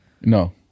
No